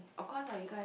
of course lah you guy